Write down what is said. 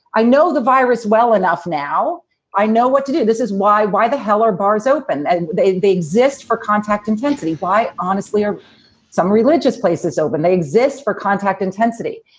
i know the virus well enough. now i know what to do. this is why. why the hell are bars open? and they they exist for contact intensity. why honestly, are some religious places open? they exist for contact intensity.